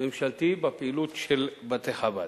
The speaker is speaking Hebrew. ממשלתי בפעילות של בתי-חב"ד.